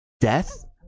death